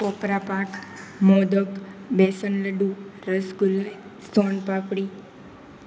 કોપરાપાક મોદક બેસન લડ્ડુ રસગુલ્લે સોહન પાપડી